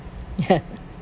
ya